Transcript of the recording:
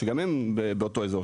שגם הם באותו אזור,